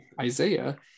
isaiah